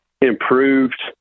improved